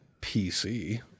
PC